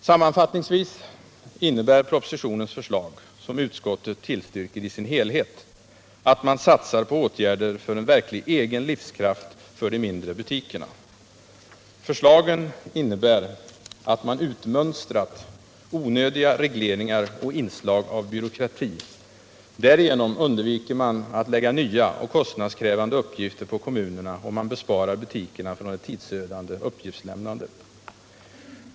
Sammanfattningsvis innebär propositionens förslag — som utskottet tillstyrker i dess helhet — att man satsar på åtgärder för en verklig egen livskraft för de mindre butikerna. Förslagen innebär att man utmönstrat onödiga regleringar och inslag av byråkrati. Därigenom undviker man att lägga nya och kostnadskrävande uppgifter på kommunerna och man besparar butikerna ett tidsödande uppgiftslämnande.